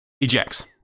ejects